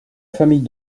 famille